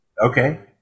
Okay